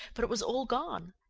but it was all gone.